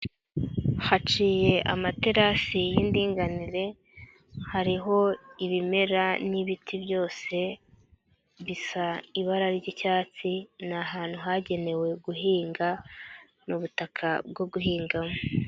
Haciye amaterasi y'indinganire, hariho ibimera n'ibiti byose bisa ibara ry'icyatsi, ni ahantu hagenewe guhinga, ni ubutaka bwo guhingamo.